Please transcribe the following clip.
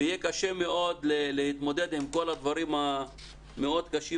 יהיה קשה מאוד להתמודד עם כל הדברים המאוד קשים